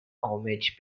homage